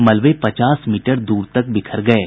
मलबे पचास मीटर द्र तक फैल गये